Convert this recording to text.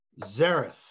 Zareth